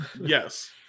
yes